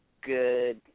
good